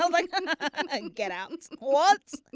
ah like um and get out. what.